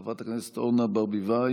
חברת הכנסת אורנה ברביבאי,